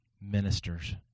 ministers